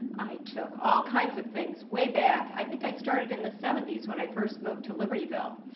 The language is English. i took all kinds of things way back, i think i started in the seventy s when i first moved to libertyville.